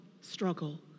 struggle